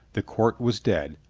the court was dead.